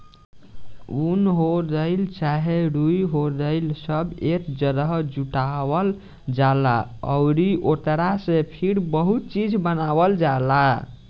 उन हो गइल चाहे रुई हो गइल सब एक जागह जुटावल जाला अउरी ओकरा से फिर बहुते चीज़ बनावल जाला